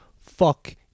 Fuck